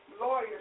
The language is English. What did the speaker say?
lawyer